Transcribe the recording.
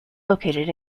located